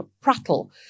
prattle